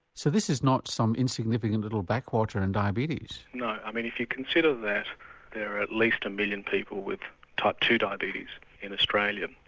so this is not some insignificant little backwater in and diabetes? no, i mean if you consider that there are at least one million people with type two diabetes in australia,